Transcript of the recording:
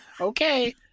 okay